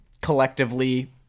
collectively